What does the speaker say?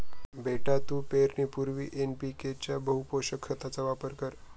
बेटा तू पेरणीपूर्वी एन.पी.के च्या बहुपोषक खताचा वापर कर